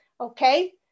Okay